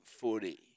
footy